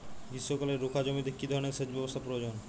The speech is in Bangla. গ্রীষ্মকালে রুখা জমিতে কি ধরনের সেচ ব্যবস্থা প্রয়োজন?